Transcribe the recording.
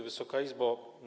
Wysoka Izbo!